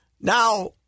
now